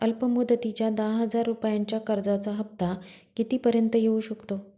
अल्प मुदतीच्या दहा हजार रुपयांच्या कर्जाचा हफ्ता किती पर्यंत येवू शकतो?